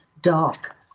dark